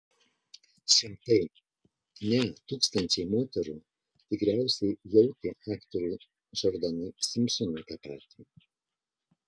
šimtai ne tūkstančiai moterų tikriausiai jautė aktoriui džordanui simpsonui tą patį